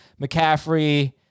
McCaffrey